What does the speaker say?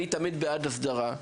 אני תמיד בעד הסדרה,